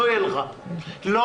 אתה לא